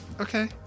okay